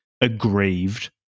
aggrieved